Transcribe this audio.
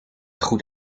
goed